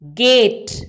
gate